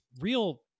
real